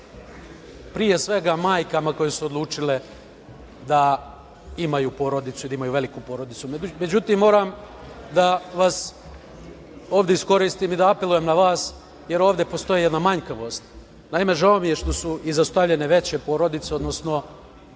pre svega majkama koje su odlučile da imaju porodicu i da imaju veliku porodicu. Moram da vas ovde iskoristim i da apelujem na vas, jer ovde postoji jedna manjkavost. Naime, žao mi je što su izostavljene veće porodice, odnosno